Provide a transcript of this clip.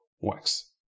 works